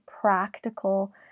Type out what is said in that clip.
practical